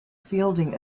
fielding